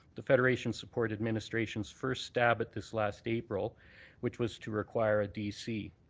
the federation supported administration's first stab at this last april which was to require a dc,